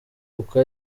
kuko